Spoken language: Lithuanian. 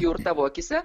jau ir tavo akyse